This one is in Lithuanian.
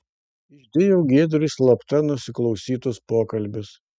išdėjau giedriui slapta nusiklausytus pokalbius